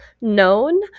known